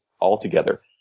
altogether